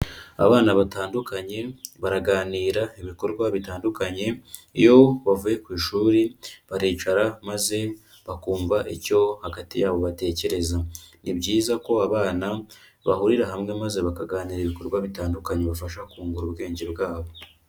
Abana batandukanye baraganira ibikorwa bitandukanye, iyo bavuye ku ishuri baricara maze bakumva icyo hagati yabo batekereza. Ni byiza ko abana bahurira hamwe maze bakaganira ibikorwa bitandukanye bibafasha kungura ubwenge bwabo.